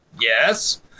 yes